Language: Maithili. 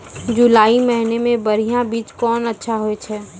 जुलाई महीने मे बढ़िया बीज कौन अच्छा होय छै?